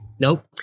Nope